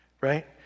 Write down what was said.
right